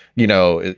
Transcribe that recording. you know,